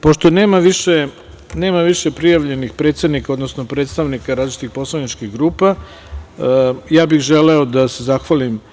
Pošto nema više prijavljenih predsednika, odnosno predstavnika različitih poslaničkih grupa, ja bih želeo da se zahvalim